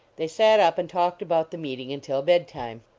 they sat up and talked about the meeting until bed time.